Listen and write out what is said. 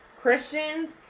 Christians